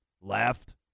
Left